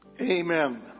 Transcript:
Amen